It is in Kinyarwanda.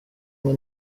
umwe